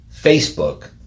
Facebook